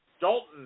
Dalton